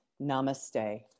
namaste